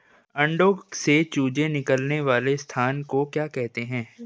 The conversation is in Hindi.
अंडों से चूजे निकलने वाले स्थान को क्या कहते हैं?